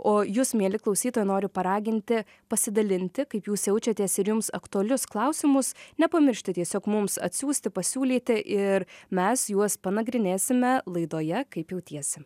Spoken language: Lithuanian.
o jūs mieli klausytojai noriu paraginti pasidalinti kaip jūs jaučiatės ir jums aktualius klausimus nepamiršti tiesiog mums atsiųsti pasiūlyti ir mes juos panagrinėsime laidoje kaip jautiesi